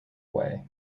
way